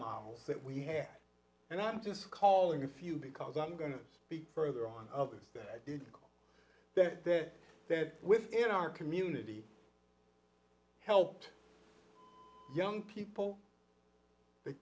models that we had and i'm just calling a few because i'm going to speak further on others that that that within our community helped young people they